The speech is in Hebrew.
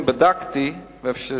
שבדקתי כמה פעמים,